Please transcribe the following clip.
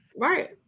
Right